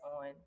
on